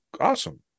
awesome